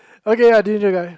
okay I